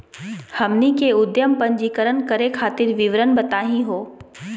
हमनी के उद्यम पंजीकरण करे खातीर विवरण बताही हो?